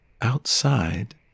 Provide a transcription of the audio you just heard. Outside